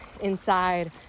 inside